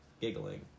giggling